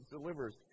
delivers